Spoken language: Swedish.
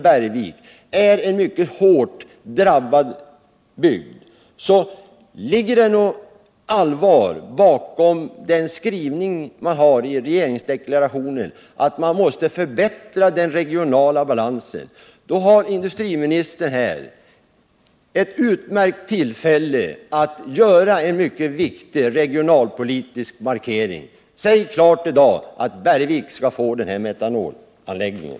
Bergvik är en mycket hårt drabbad bygd, och industriministern har nu ett utmärkt tillfälle att göra en mycket viktig regionalpolitisk markering. Det bör bl.a. framstå som angeläget om man menar allvar med regeringspropositionens skrivning om att den regionala balansen måste förbättras. Säg klart i dag ifrån att Bergvik skall få metanolanläggningen!